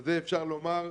על זה אפשר לומר: